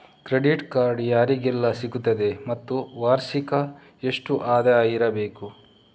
Credit card ಯಾರಿಗೆಲ್ಲ ಸಿಗುತ್ತದೆ ಮತ್ತು ವಾರ್ಷಿಕ ಎಷ್ಟು ಆದಾಯ ಇರಬೇಕು?